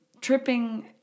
tripping